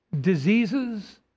diseases